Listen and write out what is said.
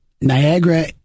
Niagara